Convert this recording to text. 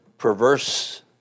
Perverse